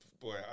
Boy